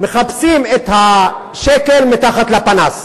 מחפשים את השקל מתחת לפנס.